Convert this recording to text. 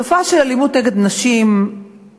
התופעה של אלימות נגד נשים מתחילה